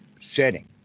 setting